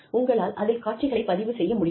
உங்களால் அதில் காட்சிகளைப் பதிவு செய்ய முடியும்